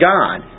God